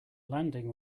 landing